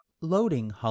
Loading